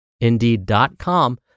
Indeed.com